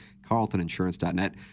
carltoninsurance.net